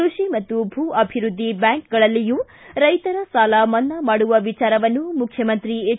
ಕೃಷಿ ಮತ್ತು ಭೂ ಅಭಿವೃದ್ದಿ ಬ್ವಾಂಕ್ಗಳಲ್ಲಿಯೂ ರೈತರ ಸಾಲ ಮನ್ನಾ ಮಾಡುವ ವಿಚಾರವನ್ನು ಮುಖ್ಯಮಂತ್ರಿ ಎಚ್